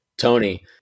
Tony